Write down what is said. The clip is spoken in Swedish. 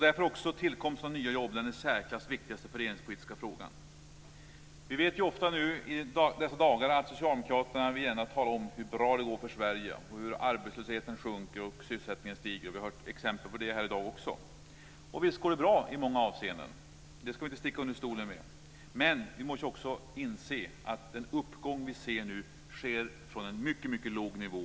Därför är också tillkomsten av nya jobb den i särklass viktigaste fördelningspolitiska frågan. Vi vet att socialdemokraterna nu i dessa dagar gärna vill tala om hur bra det går för Sverige, hur arbetslösheten sjunker och sysselsättningen stiger. Vi har hört exempel på det här i dag också, och visst går det bra i många avseenden. Det ska vi inte sticka under stol med, men vi måste också inse att den uppgång vi ser nu sker från en mycket låg nivå.